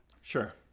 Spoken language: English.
Sure